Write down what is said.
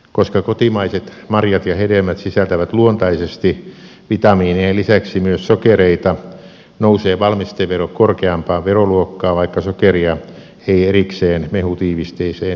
koska kotimaiset marjat ja hedelmät sisältävät luontaisesti vitamiinien lisäksi myös sokereita nousee valmistevero korkeampaan veroluokkaan vaikka sokeria ei erikseen mehutiivisteeseen lisättäisikään